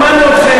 שמענו אתכם,